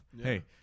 Hey